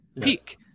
peak